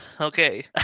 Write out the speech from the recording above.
okay